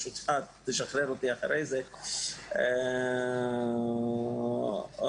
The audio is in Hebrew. אני